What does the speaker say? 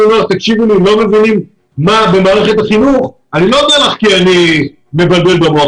אני לא אומר לך כי אני מבלבל במוח.